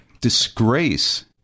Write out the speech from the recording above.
Disgrace